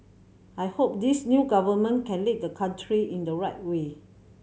I hope this new government can lead the country in the right way